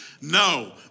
No